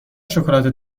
شکلات